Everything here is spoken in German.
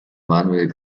manuel